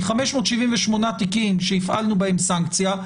מ-578 תיקים שהפעלנו בהם סנקציה,